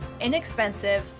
inexpensive